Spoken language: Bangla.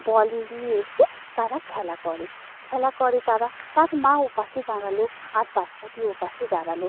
বল নিয়ে এসে তারা খেলা করে খেলা করে তারা তার মা ওপাশে দাঁড়াল আর বাচ্চাটি ওপাশে দাঁড়াল